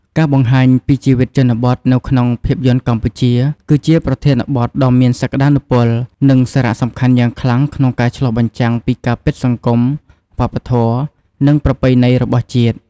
ការបង្ហាញពីជីវិតជនបទនៅក្នុងភាពយន្តកម្ពុជា គឺជាប្រធានបទដ៏មានសក្ដានុពល និងសារៈសំខាន់យ៉ាងខ្លាំងក្នុងការឆ្លុះបញ្ចាំងពីការពិតសង្គម វប្បធម៌ និងប្រពៃណីរបស់ជាតិ។